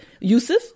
Yusuf